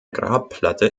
grabplatte